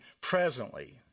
presently